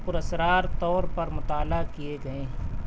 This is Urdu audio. پراسرار طور پر مطالعہ کیے گئے ہیں